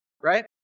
right